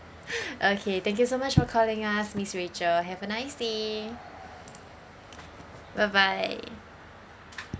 okay thank you so much for calling us miss rachel have a nice day bye bye